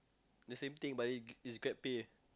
the same thing but they it's grabpay